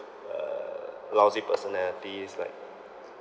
uh lousy personalities like